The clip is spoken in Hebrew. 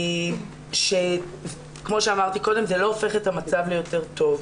זה לא הופך את המצב ליותר טוב.